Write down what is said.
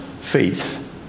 faith